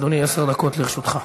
אדוני, עשר דקות לרשותך.